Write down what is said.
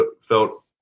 felt